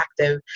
active